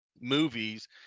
movies